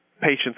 patients